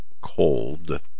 cold